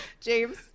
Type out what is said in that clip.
James